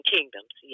Kingdoms